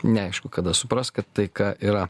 neaišku kada supras kad taika yra